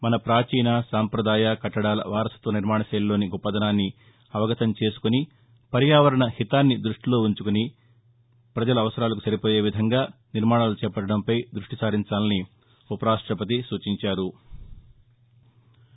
మన పాచీన సంప్రదాయ కట్లడాల వారసత్వ నిర్మాణకైలిలోని గొప్పదనాన్ని అవగతం చేసుకుని పర్యావరణహితాన్ని దృష్టిలో ఉంచుకుని ప్రజల అవసరాలకు సరిపోయే విధంగా నిర్మాణాలు చేపట్టడంపై దృష్టిసారించాలని ఉప ర్యాష్టపతి సూచించారు